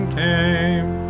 came